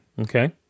Okay